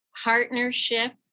partnership